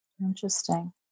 Interesting